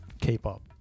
K-pop